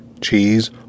cheese